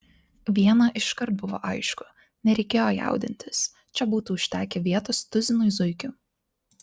viena iškart buvo aišku nereikėjo jaudintis čia būtų užtekę vietos tuzinui zuikių